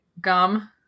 Gum